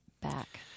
back